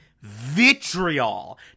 vitriol